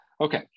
Okay